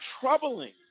troubling